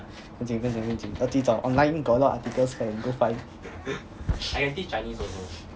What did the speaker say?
不用紧不用紧不用紧我自己找 online got a lot of articles can go find